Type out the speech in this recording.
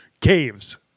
Caves